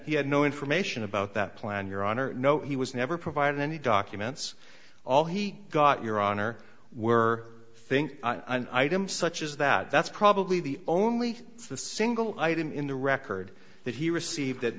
he had no information about that plan your honor no he was never provided any documents all he got your honor we're think an item such as that that's probably the only the single item in the record that he received that